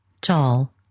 tall